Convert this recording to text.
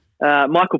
Michael